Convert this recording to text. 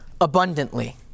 abundantly